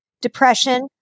depression